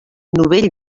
novell